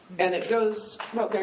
and it goes well, there